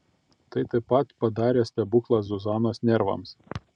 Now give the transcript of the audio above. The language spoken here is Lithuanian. tai taip pat padarė stebuklą zuzanos nervams